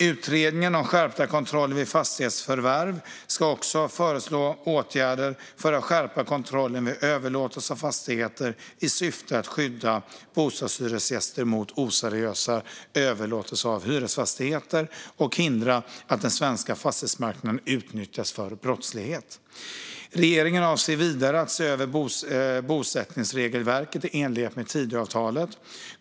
Utredningen Skärpta kontroller vid fastighetsförvärv ska föreslå åtgärder för att skärpa kontrollen vid överlåtelser av fastigheter i syfte att skydda bostadshyresgäster mot oseriösa överlåtelser av hyresfastigheter och hindra att den svenska fastighetsmarknaden utnyttjas för brottslighet. Regeringen avser vidare att se över bosättningsregelverket i enlighet med Tidöavtalet.